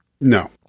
No